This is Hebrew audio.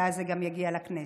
ואז זה גם יגיע לכנסת,